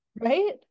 Right